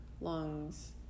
lungs